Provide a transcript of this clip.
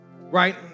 right